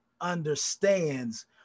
understands